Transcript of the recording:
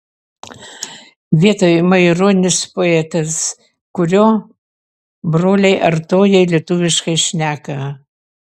vietoj maironis poetas kurio broliai artojai lietuviškai šneka